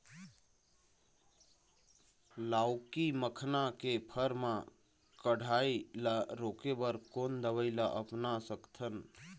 लाउकी मखना के फर मा कढ़ाई ला रोके बर कोन दवई ला अपना सकथन?